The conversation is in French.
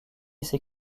s’est